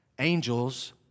Angels